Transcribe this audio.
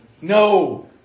no